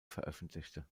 veröffentlichte